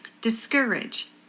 Discourage